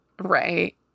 Right